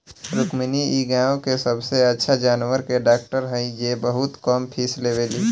रुक्मिणी इ गाँव के सबसे अच्छा जानवर के डॉक्टर हई जे बहुत कम फीस लेवेली